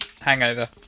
hangover